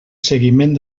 seguiment